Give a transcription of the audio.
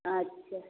अच्छा